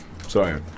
Sorry